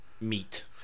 Meat